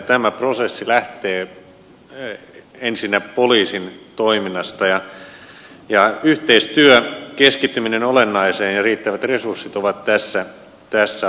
tämä prosessi lähtee ensinnä poliisin toiminnasta ja yhteistyö keskittyminen olennaiseen ja riittävät resurssit ovat tässä avainasemassa